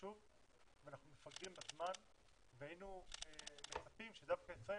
חשוב ואנחנו מפגרים בזמן והיינו מצפים שדווקא ישראל